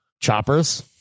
Choppers